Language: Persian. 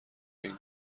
این